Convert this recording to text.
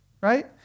right